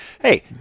Hey